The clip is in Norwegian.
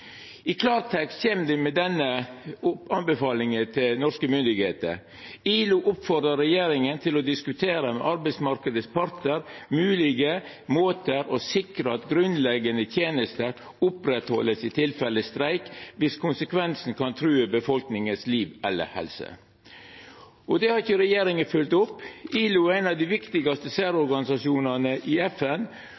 I klartekst kjem ILO med denne anbefalinga til norske myndigheiter: ILO oppfordrer regjeringen til å diskutere med arbeidsmarkedets parter mulige måter å sikre at grunnleggende tjenester opprettholdes i tilfelle streik, hvis konsekvensene kan true befolkningens liv eller helse. Det har ikkje regjeringa følgt opp. ILO er ein av